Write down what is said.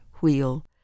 wheel